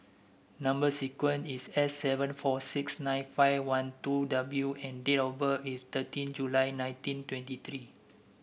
number sequence is S seven four six nine five one two W and date of birth is thirteen July nineteen twenty three